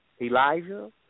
Elijah